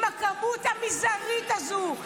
עם הכמות המזערית הזו,